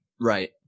Right